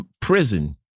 prison